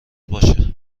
باشه